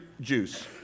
juice